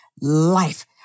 life